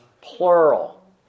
Plural